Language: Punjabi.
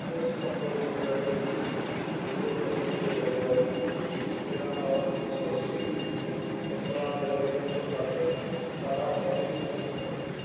ਇੱਕ ਸਤੰਬਰ ਦੋ ਹਜ਼ਾਰ ਤੇਈ ਦੋ ਅਗਸਤ ਦੋ ਹਜ਼ਾਰ ਬਾਈ ਤੇਰ੍ਹਾਂ ਮਾਰਚ ਉੱਨੀ ਸੌ ਅੱਸੀ ਪੰਦਰ੍ਹਾਂ ਜਨਵਰੀ ਉੱਨੀ ਸੌ ਸੱਠ ਅਠਾਰ੍ਹਾਂ ਫਰਵਰੀ ਉੱਨੀ ਸੌ ਸੱਤਰ